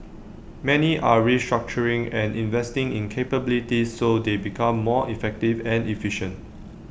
many are restructuring and investing in capabilities so they become more effective and efficient